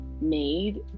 made